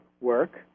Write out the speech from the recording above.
work